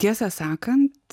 tiesą sakant